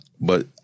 But-